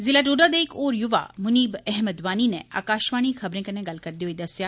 जिला डोडा दे इक होर युवा मुनीब अहमद वानी नै आकाशवाणी खबरें कन्नै गल्ल करदे होई दस्सेआ